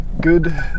good